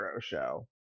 show